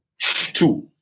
Two